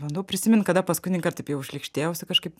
bandau prisimint kada paskutinįkart taip jau šlykštėjausi kažkaip